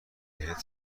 بهت